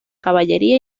caballería